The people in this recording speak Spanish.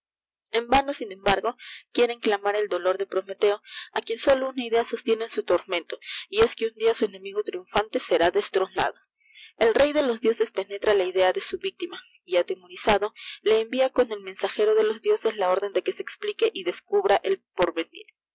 h vano lin embargo quieren calmar el dolor de prometeo á quien solo una idea sostiene en su tormento y es que un día su enemigo triuftfante será destronado el réy de los dioses penetra la idea de su víctima y atemorizado le envia con el mensajero de los dioses la órden de que se explique y descubra el porvenir